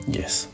yes